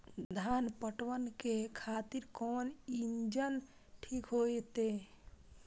धान पटवन के खातिर कोन इंजन ठीक होते?